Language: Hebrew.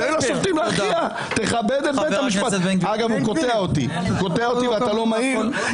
אגב הוא קוטע אותי ואתה לא מעיר.